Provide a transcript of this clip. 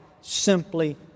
simply